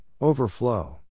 overflow